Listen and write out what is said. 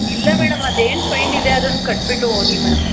ಇಲ್ಲ ಮೇಡಮ್ ಅದೇನು ಫೈನ್ ಇದೆ ಅದನ್ನು ಕಟ್ಟಿಬಿಟ್ಟು ಹೋಗಿ ಮೇಡಮ್